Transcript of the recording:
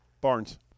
Barnes